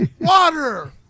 Water